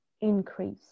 increase